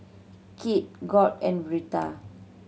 Kit Gauge and Birtha